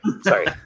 Sorry